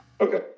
Okay